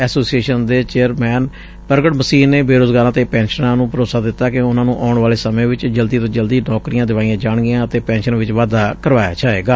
association ਦੇ chairman Pargat Masih ਬੇਰੁਜ਼ਗਾਰਾਂ ਅਤੇ ਪੈਨਸ਼ਨਰਾਂ ਨੂੰ ਭਰੋਸਾ ਦਿੱਤਾ ਕਿ ਉਨੂਂ ਨੂੰ ਆਉਣ ਵਾਲੇ ਸਮੇਂ ਵਿੱਚ ਜਲਦੀ ਤੋ ਜਲਦੀ ਨੌਕਰੀਆਂ ਦਿਵਾਈਆਂ ਜਾਣਗੀਆਂ ਅਤੇ ਪੈਨਸ਼ਨ ਵਿੱਚ ਵਾਧਾ ਕਰਵਾਇਆ ਜਾਵੇਗਾ